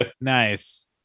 nice